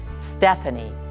Stephanie